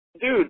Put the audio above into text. dude